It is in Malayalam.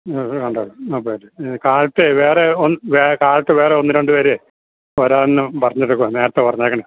അത് ഓക്കെ കാലത്തെ വേറെ ഒന്ന് വേ കാലത്ത് വേറെ ഒന്ന് രണ്ടു പേരെ വരാമെന്ന് പറഞ്ഞിരിക്കുകയാണ് നേരത്തെ പറഞ്ഞായിരുന്നു